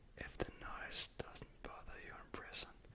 if the noise doesn't bother you in prison,